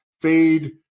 fade